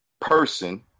person